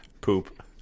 poop